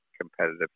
competitive